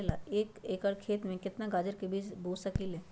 एक एकर खेत में केतना गाजर के बीज बो सकीं ले?